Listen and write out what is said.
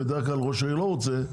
בדרך כלל ראש עיר לא רוצה,